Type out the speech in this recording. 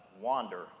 wander